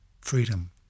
freedom